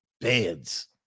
beds